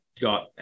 got